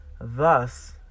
Thus